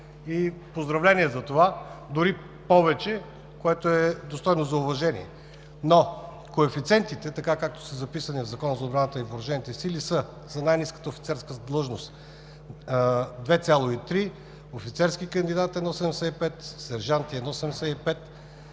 Поздравления за това, дори повече, което е достойно за уважение. Но коефициентите, така както са записани в Закона за отбраната и въоръжените сили, са: за най ниската офицерска длъжност – 2,3; офицерски кандидат – 1,75; сержанти – 1,75;